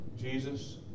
Jesus